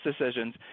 decisions